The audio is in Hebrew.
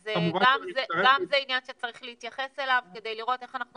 אז גם זה עניין שצריך להתייחס אליו כדי לראות איך אנחנו